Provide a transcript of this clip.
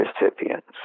recipients